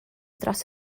dros